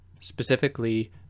specifically